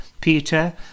peter